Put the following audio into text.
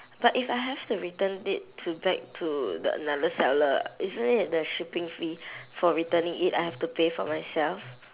but if I have to return it to back to the another seller isn't it the shipping fee for returning it I have to pay for myself